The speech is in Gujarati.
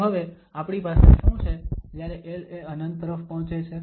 તો હવે આપણી પાસે શું છે જ્યારે l એ ∞ તરફ પહોંચે છે